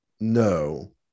No